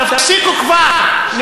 תפסיקו כבר.